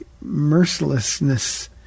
mercilessness